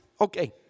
okay